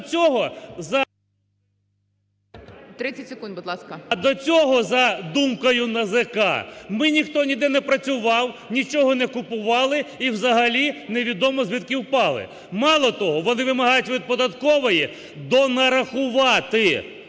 А до цього, за думкою НАЗК, ми ніхто ніде не працював, нічого не купували і взагалі невідомо звідки впали. Мало того, вони вимагають від податкової донарахувати